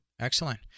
Excellent